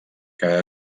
que